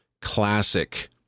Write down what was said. classic